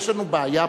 יש לנו בעיה פה.